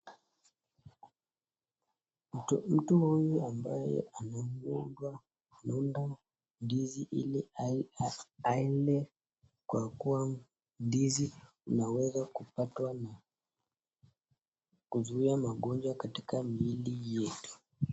Mtu huyu ambaye anafunga ndizi hili aende kwa kuwa ndizi unaweza kupata na kuzuia magonjwa katika miili yetu.